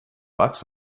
bucks